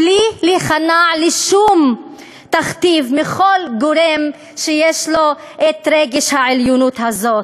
בלי להיכנע לשום תכתיב מכל גורם שיש לו את רגש העליונות הזה.